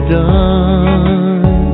done